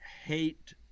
hate